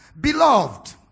Beloved